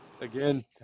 Again